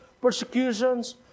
persecutions